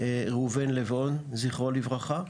ראובן לב און זכרו לברכה.